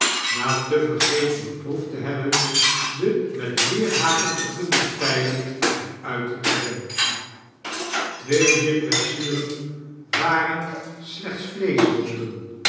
na tevergeefs beproefd te hebben de met weerhaken gepunte pylen er uit te trekken twee dier kwetsuren waren slechts